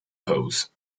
pose